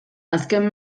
azken